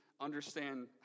understand